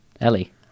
Ellie